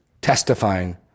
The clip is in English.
Testifying